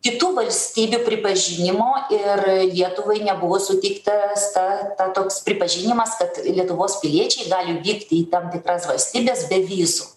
kitų valstybių pripažinimo ir lietuvai nebuvo suteiktas ta ta toks pripažinimas tad lietuvos piliečiai gali vykti į tam tikras valstybes be vizų